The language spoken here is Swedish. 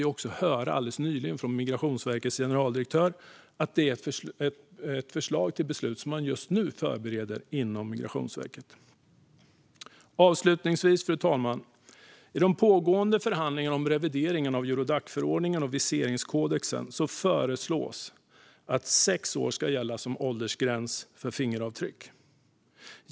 Vi fick också alldeles nyligen höra från Migrationsverkets generaldirektör att det är ett förslag som Migrationsverket just nu förbereder. Fru talman! Avslutningsvis - i pågående förhandlingar om revideringen av Eurodacförordningen och viseringskodexen föreslås att sex år ska gälla som åldersgräns för fingeravtryck.